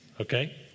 Okay